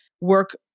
work